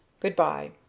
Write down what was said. good-bye.